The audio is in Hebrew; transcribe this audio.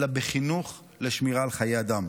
אלא בחינוך לשמירה על חיי אדם.